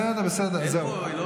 בסדר, בסדר, עזוב.